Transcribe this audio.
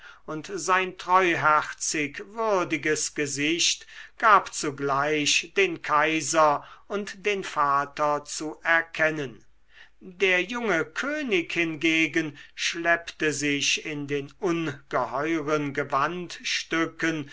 und sein treuherzig würdiges gesicht gab zugleich den kaiser und den vater zu erkennen der junge könig hingegen schleppte sich in den ungeheuren